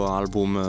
album